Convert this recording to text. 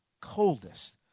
coldest